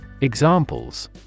Examples